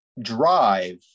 drive